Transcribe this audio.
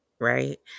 right